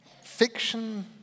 fiction